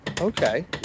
Okay